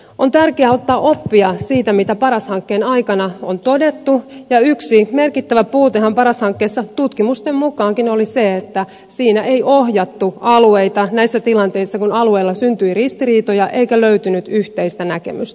on tärkeää ottaa oppia siitä mitä paras hankkeen aikana on todettu ja yksi merkittävä puutehan paras hankkeessa tutkimusten mukaankin oli se että siinä ei ohjattu alueita näissä tilanteissa kun alueilla syntyi ristiriitoja eikä löytynyt yhteistä näkemystä